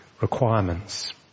requirements